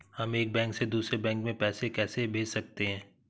हम एक बैंक से दूसरे बैंक में पैसे कैसे भेज सकते हैं?